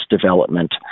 development